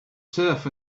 turf